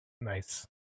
Nice